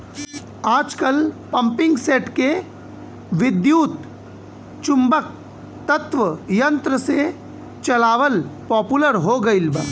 आजकल पम्पींगसेट के विद्युत्चुम्बकत्व यंत्र से चलावल पॉपुलर हो गईल बा